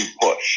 push